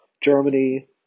Germany